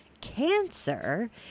cancer